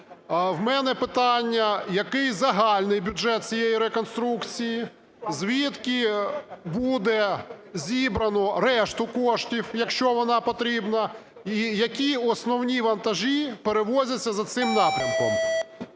В мене питання: який загальний бюджет цієї реконструкції, звідки буде зібрано решту коштів, якщо вона потрібна, і які основні вантажі перевозяться за цим напрямком?